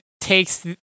takes